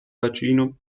bacino